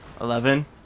Eleven